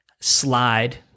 slide